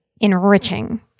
enriching